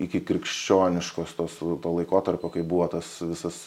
ikikrikščioniškos tos to laikotarpiu kai buvo tas visas